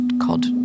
called